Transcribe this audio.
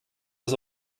das